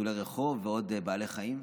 לחתולי רחוב ועוד בעלי חיים.